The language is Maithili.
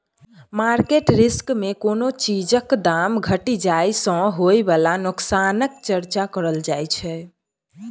मार्केट रिस्क मे कोनो चीजक दाम घटि जाइ सँ होइ बला नोकसानक चर्चा करल जाइ छै